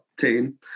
team